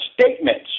statements